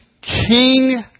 King